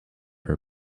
her